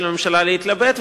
של הממשלה להתלבט.